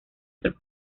otros